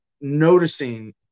noticing